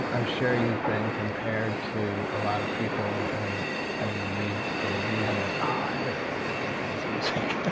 i'm sure you've been compared to a lot of people, and when you read the reviews, you're like, oh, i really don't like that guy's music.